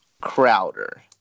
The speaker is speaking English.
Crowder